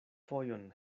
fojon